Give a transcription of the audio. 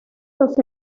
los